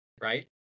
Right